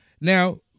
Now